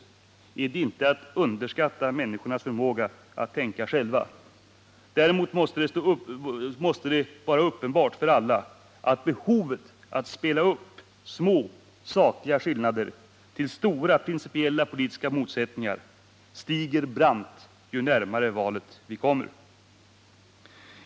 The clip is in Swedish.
Är inte detta att underskatta människornas förmåga att tänka själva? Det måste vara uppenbart för alla att behovet att få små sakliga skillnader att framstå som stora principiella och politiska motsättningar ökar kraftigare ju närmare valet vi kommer.